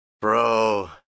bro